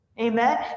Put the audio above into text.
Amen